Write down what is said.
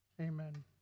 Amen